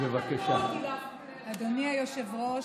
אדוני היושב-ראש,